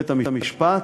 בית-המשפט,